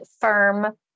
firm